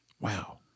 Wow